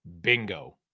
Bingo